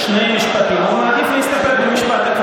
שנים הוא גנב מיליוני שקלים,